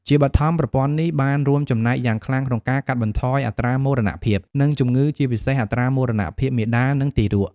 ជាបឋម ប្រព័ន្ធនេះបានរួមចំណែកយ៉ាងខ្លាំងក្នុងការកាត់បន្ថយអត្រាមរណភាព និងជំងឺ ជាពិសេសអត្រាមរណភាពមាតា និងទារក។